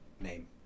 name